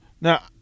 Now